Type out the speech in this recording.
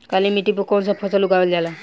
काली मिट्टी पर कौन सा फ़सल उगावल जाला?